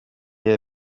iya